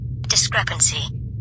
Discrepancy